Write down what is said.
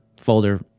folder